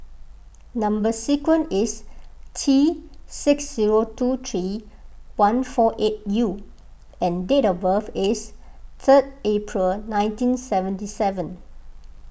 Number Sequence is T six zero two three one four eight U and date of birth is third April nineteen seventy seven